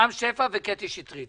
רם שפע וקטי שטרית.